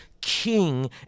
King